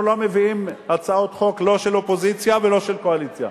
אנחנו לא מביאים הצעות חוק לא של אופוזיציה ולא של קואליציה.